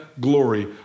glory